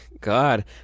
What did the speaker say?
God